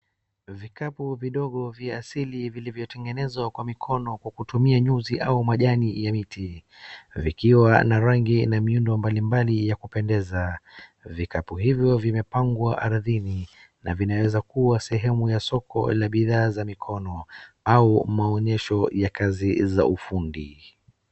Vikapu vidogo vya asili vilivyotengenezwa kwa mikono kwa kutumia nyuzi au majani ya miti vikiwa na rangi na miundo mbalimbali ya kupendeza. Vikapu hivyo vimepangwa ardhini na vinaweza kua sehemu ya soko la bidhaa za mikono au maonyesho ya kazi za ufundi.